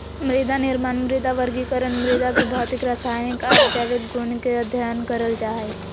मृदानिर्माण, मृदा वर्गीकरण, मृदा के भौतिक, रसायनिक आर जैविक गुण के अध्ययन करल जा हई